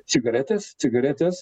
cigaretes cigaretes